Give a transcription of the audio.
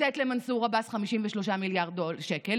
לתת למנסור עבאס 53 מיליארדי שקל.